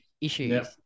issues